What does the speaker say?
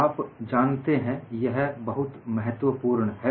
आप जानते हैं यह बहुत महत्वपूर्ण है